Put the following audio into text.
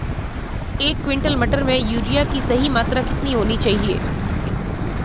एक क्विंटल मटर में यूरिया की सही मात्रा कितनी होनी चाहिए?